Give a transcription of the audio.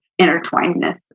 intertwinedness